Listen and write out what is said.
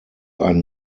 ein